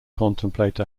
contemplate